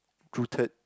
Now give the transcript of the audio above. rooted